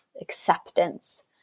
acceptance